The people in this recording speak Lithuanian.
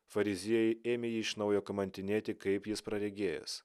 fariziejai ėmė jį iš naujo kamantinėti kaip jis praregėjęs